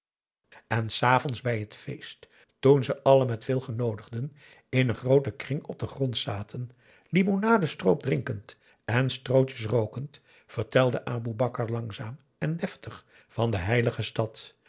en s avonds bij het feest toen ze allen met veel genoodigden in een grooten kring op den grond zaten limonadestroop drinkend en strootjes rookend vertelde a boe bakar langzaam en deftig van de heilige stad